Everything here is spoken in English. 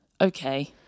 Okay